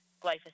glyphosate